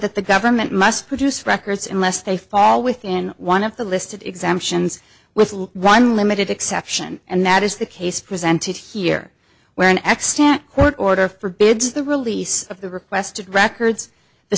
that the government must produce records unless they fall within one of the listed exemptions with one limited exception and that is the case presented here where an extant court order forbids the release of the requested records the